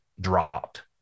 dropped